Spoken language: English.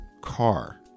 car